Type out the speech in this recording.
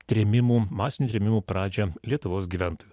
trėmimų masinių trėmimų pradžią lietuvos gyventojų